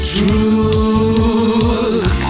Truth